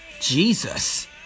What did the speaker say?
Jesus